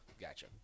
Gotcha